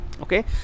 Okay